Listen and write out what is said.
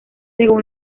según